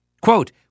Quote